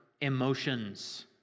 emotions